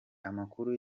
amakuru